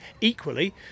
Equally